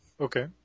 okay